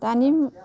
दानि